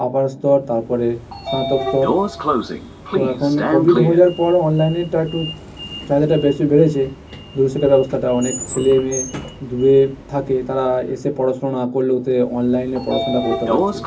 আপার স্তর তারপরে স্নাতক স্তর তো এখন কোভিড হয়ে যাওয়ার পর অনলাইনেরটা একটু চাহিদাটা বেশি বেড়েছে দূরশিক্ষা ব্যবস্থাটা অনেক ছেলেমেয়ে দূরে থাকে তারা এসে পড়াশুনা না করলে ওতে অনলাইনে পড়াশুনাটা করতে পারছে